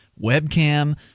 webcam